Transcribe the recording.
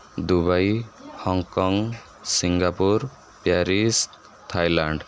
Dubai Hong Kong Singapore Paris Thailand